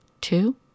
Two